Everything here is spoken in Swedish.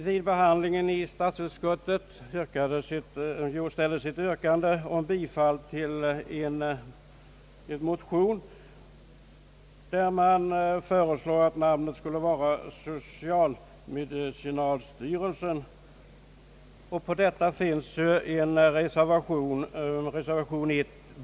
Vid behandlingen i statsutskottet yrkades bifall till en motion där man föreslår att namnet skulle vara social-medicinalstyrelsen, och reservation 1 b går ut på bifall till det yrkandet.